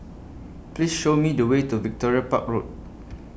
Please Show Me The Way to Victoria Park Road